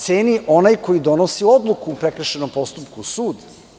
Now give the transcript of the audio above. Ceni onaj koji donosi odluku u prekršajnom postupku, sud.